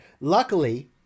Luckily